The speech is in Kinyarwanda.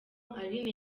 aline